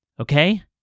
Okay